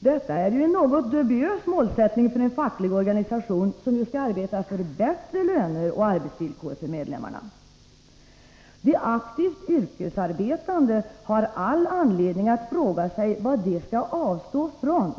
Detta är en något dubiös målsättning för en facklig organisation, som ju skall arbeta för bättre löner och arbetsvillkor för medlemmarna. De aktivt yrkesarbetande har all anledning att fråga sig vad de skall avstå från.